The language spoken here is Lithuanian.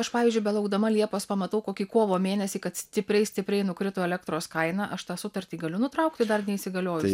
aš pavyzdžiui belaukdama liepos pamatau kokį kovo mėnesį kad stipriai stipriai nukrito elektros kaina aš tą sutartį galiu nutraukti dar neįsigaliojus